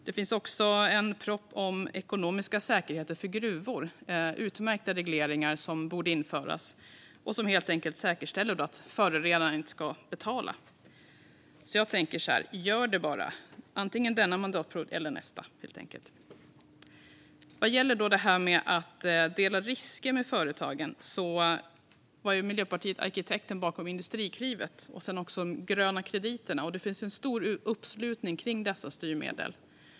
Det finns också en proposition om ekonomiska säkerheter för gruvor. Det är utmärkta regleringar som borde införas och som helt enkelt säkerställer att förorenaren ska betala. Då tänker jag: Gör det bara, antingen denna mandatperiod eller nästa! När det gäller att dela risker med företagen var Miljöpartiet arkitekten bakom Industriklivet och sedan också de gröna krediterna. Det finns en stor uppslutning kring dessa styrmedel.